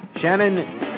Shannon